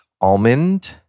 almond